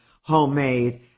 homemade